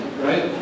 right